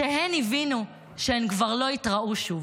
שהן הבינו שהן כבר לא יתראו שוב.